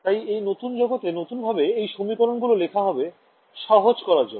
তাইএই নতুন জগতে নতুন ভাবে এই সমীকরণগুলো লেখা হবে সহজ করার জন্য